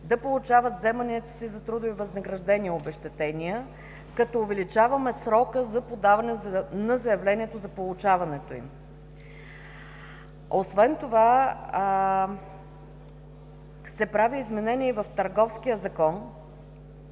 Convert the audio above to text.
да получават вземанията си за трудови възнаграждения и обезщетения, като увеличаваме срока за подаване на заявлението за получаването им. Освен това се прави изменение и в Търговския закон,